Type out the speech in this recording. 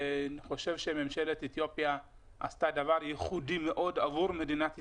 אני חושב שממשלת אתיופיה עשתה דבר ייחודי מאוד עבור מדינת ישראל,